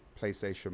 PlayStation